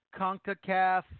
CONCACAF